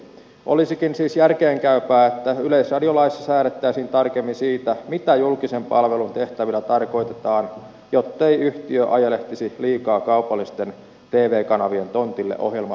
olisikin siis järkeenkäypää että yleisradiolaissa säädettäisiin tarkemmin siitä mitä julkisen palvelun tehtävillä tarkoitetaan jottei yhtiö ajelehtisi liikaa kaupallisten tv kanavien tontille ohjelmasisällöllään